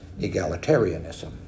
egalitarianism